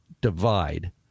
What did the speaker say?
divide